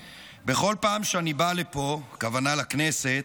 "בכל פעם שאני בא לפה", הכוונה לכנסת,